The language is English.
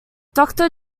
doctor